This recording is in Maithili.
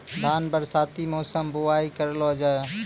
धान बरसाती मौसम बुवाई करलो जा?